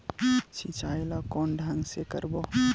सिंचाई ल कोन ढंग से करबो?